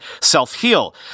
self-heal